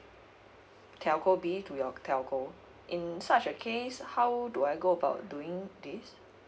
telco B to your telco in such a case how do I go about doing this